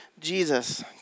Jesus